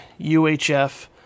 UHF